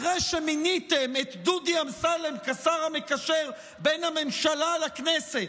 אחרי שמיניתם את דודי אמסלם כשר המקשר בין הממשלה לכנסת,